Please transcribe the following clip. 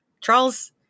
Charles